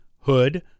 Hood